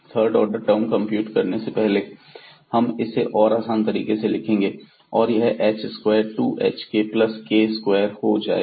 third order की term compute करने से पहले हम इसे और आसान तरीके से लिखेंगे और यह H square 2hk plus k square हो जाएगा